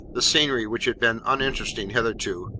the scenery, which had been uninteresting hitherto,